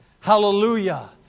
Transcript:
Hallelujah